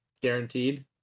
guaranteed